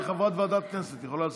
היא חברת ועדת הכנסת, היא יכולה לסכם.